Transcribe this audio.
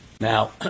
Now